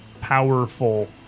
powerful